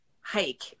hike